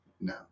No